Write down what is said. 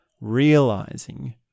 realizing